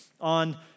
on